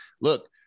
look